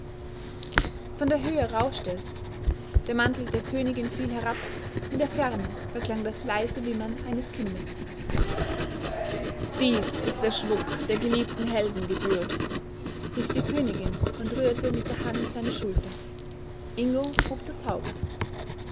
von der höhe rauschte es der mantel der königin fiel herab in der ferne verklang das leise wimmern eines kindes dies ist der schmuck der geliebten helden gebührt rief die königin und rührte mit der hand seine schulter ingo hob das haupt